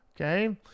Okay